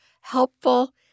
helpful